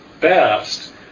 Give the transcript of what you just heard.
best